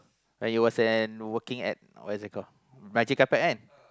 like it was an working at what is it call magic carpet kan